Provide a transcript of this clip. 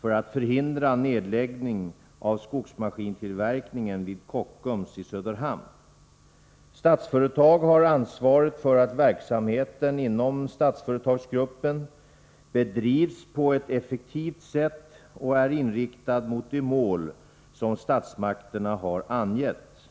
för att förhindra nedläggning av skogsmaskinstillverkningen vid Kockums i Söderhamn. Statsföretag har ansvaret för att verksamheten inom Statsföretagsgruppen bedrivs på ett effektivt sätt och är inriktad mot de mål som statsmakterna har angett.